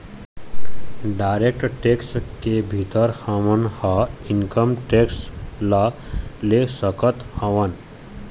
direct tax के भीतर हमन ह इनकम टेक्स ल ले सकत हवँन